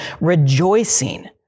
rejoicing